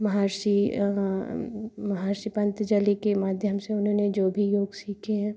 महर्षि महर्षि पंतजलि के माध्यम से उन्होंने जो भी योग सीखे हैं